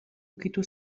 ukitu